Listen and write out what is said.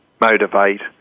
motivate